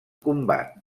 combat